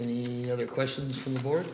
any other questions from the board